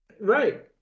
Right